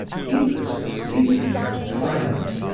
heedless of seasons and climates,